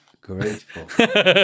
grateful